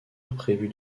prévu